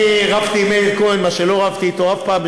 אני רבתי עם מאיר כהן על מה שלא רבתי אתו אף פעם,